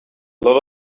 lot